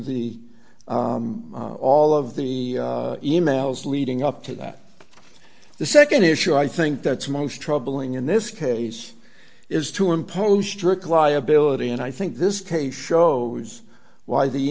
the all of the e mails leading up to that the nd issue i think that's most troubling in this case is to impose strict liability and i think this case shows why the